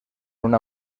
una